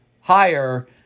higher